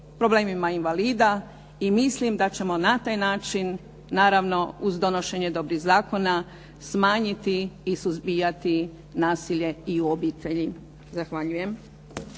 problemima invalida i mislim da ćemo na taj način, naravno uz donošenje dobrih zakona smanjiti i suzbijati nasilje i u obitelji. Zahvaljujem.